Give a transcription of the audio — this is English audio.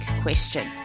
question